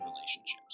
relationships